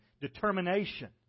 determination